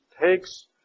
takes